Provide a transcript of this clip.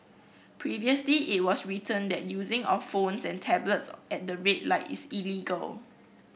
previously it was written that using of phones and tablets at the red light is illegal